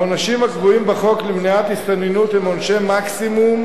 העונשים הקבועים בחוק למניעת הסתננות הם עונשי מקסימום,